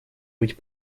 быть